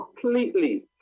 completely